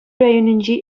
районӗнчи